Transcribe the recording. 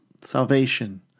salvation